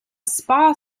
spa